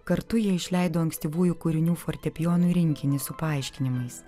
kartu jie išleido ankstyvųjų kūrinių fortepijonui rinkinį su paaiškinimais